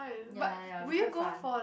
ya ya ya it will be quite fun